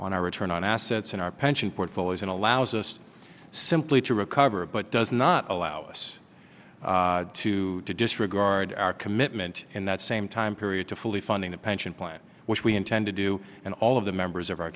on our return on assets in our pension portfolios and allows us simply to recover but does not allow us to disregard our commitment in that same time period to fully funding the pension plan which we intend to do and all of the members of our